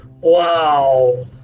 Wow